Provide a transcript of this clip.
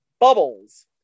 Bubbles